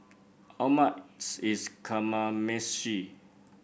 how much is Kamameshi